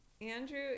Andrew